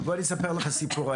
אני אספר לך סיפור.